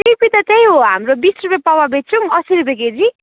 सिमी त त्यही हो हाम्रो बिस रुपियाँ पवा बेच्छौँ असी रुपियाँ केजी